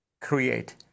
create